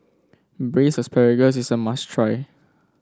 Braised Asparagus is a must try